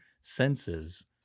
senses